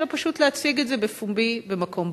אלא פשוט להציג את זה בפומבי במקום ברור.